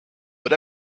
but